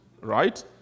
right